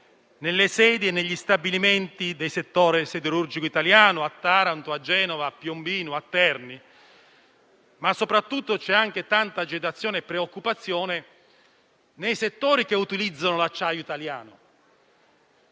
nelle sedi e negli stabilimenti del settore siderurgico italiano, a Taranto, a Genova, a Piombino, a Terni. Ma, soprattutto, c'è tanta agitazione e preoccupazione nei settori che utilizzano l'acciaio italiano.